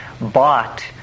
bought